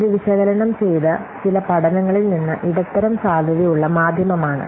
ഇത് വിശകലനം ചെയ്ത ചില പഠനങ്ങളിൽ നിന്ന് ഇടത്തരം സാധ്യതയുള്ള മാധ്യമമാണ്